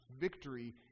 victory